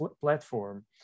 platform